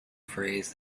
phrase